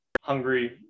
hungry